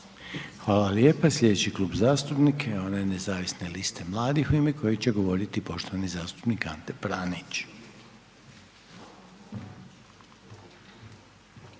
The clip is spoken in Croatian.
Hvala lijepa. Slijedeći Klub zastupnika je onaj GLAS-a u ime kojeg će govoriti poštovana zastupnica Anka Mrak